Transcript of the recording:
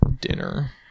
dinner